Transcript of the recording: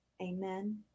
Amen